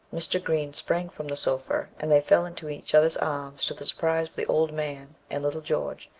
mr. green sprang from the sofa, and they fell into each other's arms, to the surprise of the old man and little george,